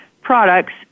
products